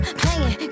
playing